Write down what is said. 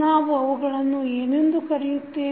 ನಾವು ಅವುಗಳನ್ನು ಏನೆಂದು ಕರೆಯುತ್ತೇವೆ